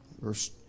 verse